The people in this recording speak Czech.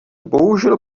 bohužel